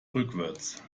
rückwärts